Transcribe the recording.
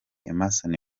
emmerson